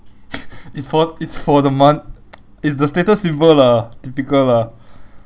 it's for it's for the mon~ it's the status symbol lah typical lah